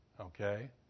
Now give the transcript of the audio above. okay